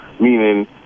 meaning